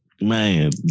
Man